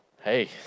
Hey